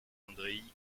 andreï